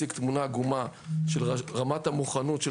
מציג תמונה עגומה של רמת המוכנות של